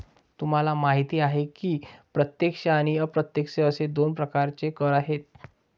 तुम्हाला माहिती आहे की प्रत्यक्ष आणि अप्रत्यक्ष असे दोन प्रकारचे कर आहेत